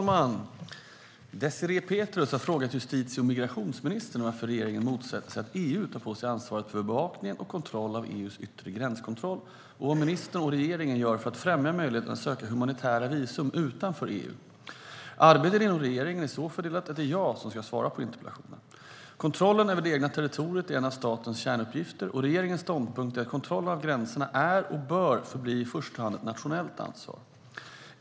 Fru talman! Désirée Pethrus har frågat justitie och migrationsministern varför regeringen motsätter sig att EU tar på sig ansvaret för bevakningen och kontrollen i fråga om EU:s yttre gränskontroll och vad ministern och regeringen gör för att främja möjligheten att söka humanitära visum utanför EU. Arbetet inom regeringen är så fördelat att det är jag som ska svara på interpellationen. Kontrollen över det egna territoriet är en av statens kärnuppgifter, och regeringens ståndpunkt är att kontrollen av gränserna är och bör förbli i första hand ett nationellt ansvar.